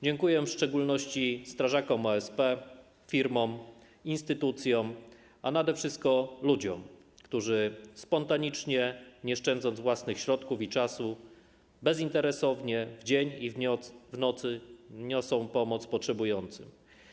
Dziękuję w szczególności strażakom OSP, firmom, instytucjom, a nade wszystko ludziom, którzy spontanicznie, nie szczędząc własnych środków i czasu, bezinteresownie w dzień i w nocy niosą pomoc potrzebującym.